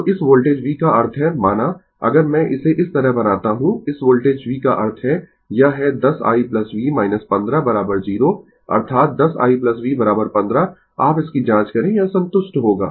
तो इस voltage v का अर्थ है माना अगर मैं इसे इस तरह बनाता हूं इस वोल्टेज v का अर्थ है यह है 10 i v 15 0 अर्थात 10 i v 15 आप इसकी जाँच करें यह संतुष्ट होगा